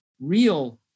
real